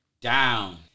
down